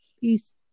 Peace